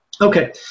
okay